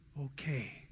okay